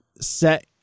set